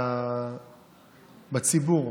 בציבור.